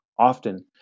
Often